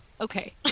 Okay